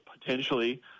potentially